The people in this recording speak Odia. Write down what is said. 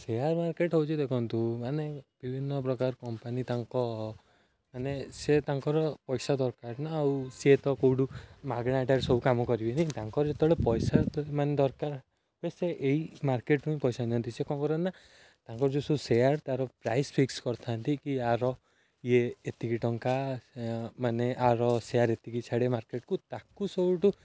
ସେୟାର୍ ମାର୍କେଟ୍ ହେଉଛି ଦେଖନ୍ତୁ ମାନେ ବିଭିନ୍ନପ୍ରକାର କମ୍ପାନୀ ତାଙ୍କ ମାନେ ସେ ତାଙ୍କର ପଇସା ଦରକାର ନା ଆଉ ସେ ତ କେଉଁଠୁ ମାଗେଣାଟାରେ ସବୁ କାମ କରିବେନି ତାଙ୍କର ଯେତେବେଳେ ପଇସା ମାନେ ଦରକାର ସେ ଏହି ମାର୍କେଟ୍ରୁ ହିଁ ପଇସା ନିଅନ୍ତି ସେ କ'ଣ କରନ୍ତି ନା ତାଙ୍କର ଯେଉଁ ସବୁ ସେୟାର୍ ତା'ର ପ୍ରାଇସ୍ ଫିକ୍ସ୍ କରିଥାନ୍ତି କି ଏହାର ଇଏ ଏତିକି ଟଙ୍କା ମାନେ ଆର ସେୟାର୍ ଏତିକି ଛାଡ଼ିବେ ମାର୍କେଟ୍କୁ ତାକୁ ସବୁଠୁ